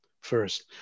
first